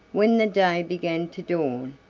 when the day began to dawn,